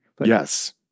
Yes